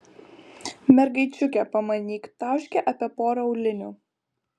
mergaičiukė pamanyk tauškia apie porą aulinių